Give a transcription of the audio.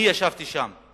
אני ישבתי שם.